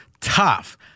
tough